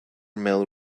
mill